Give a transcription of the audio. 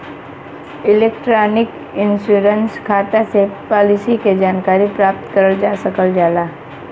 electronic insurance खाता से policy के जानकारी प्राप्त करल जा सकल जाला